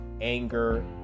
anger